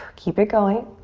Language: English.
keep it going.